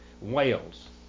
Wales